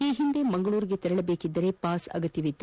ಈ ಹಿಂದೆ ಮಂಗಳೂರಿಗೆ ತೆರಳ ಬೇಕಿದ್ದರೆ ಪಾಸ್ ಅಗತ್ಯವಿತ್ತು